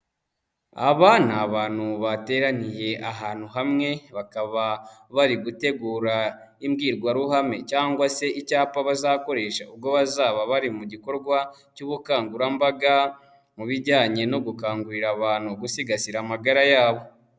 Aba ni abantu bateraniye ahantu hamwe, bakaba bari gutegura imbwirwaruhame cyangwa se icyapa bazakoresha ubwo bazaba bari mu gikorwa cy'ubukangurambaga, mu bijyanye no gukangurira abantu gusigasira amagara yabo.